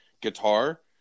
guitar